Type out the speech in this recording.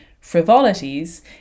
frivolities